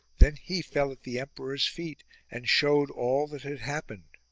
then he fell at the emperor's feet and showed all that had hap pened.